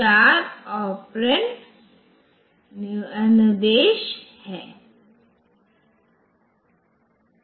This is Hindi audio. तो ये वास्तव में वेक्टोरेड इंटरप्ट हैं इसलिए जो कुछ भी मूल्य है वह उस स्थान पर आएगा और वह वहां से ले जाएगा